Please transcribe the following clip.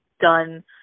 done